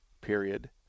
period